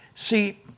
See